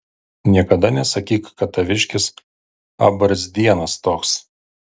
niekada nesakyk kad taviškis abarzdienas toks